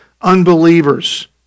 unbelievers